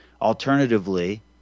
Alternatively